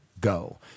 go